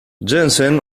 jensen